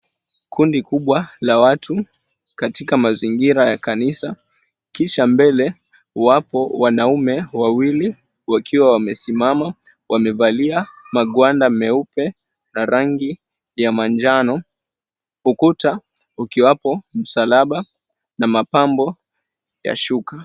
Kundi kubwa la watu katika mazingira ya kanisa. Kisha mbele wapo wanaume wawili wakiwa wamesimama wamevalia magwanda meupe la rangi ya manjano. Ukuta ukiwapo msalaba na mapambo ya shuka.